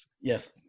Yes